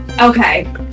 Okay